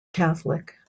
catholic